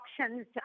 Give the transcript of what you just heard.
options